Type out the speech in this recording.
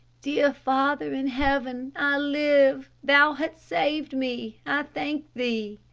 dear father in heaven, i live. thou hast saved me. i thank thee.